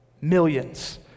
millions